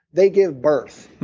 they give birth.